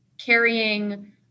carrying